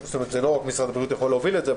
לא רק משרד הבריאות יכול להוביל את זה.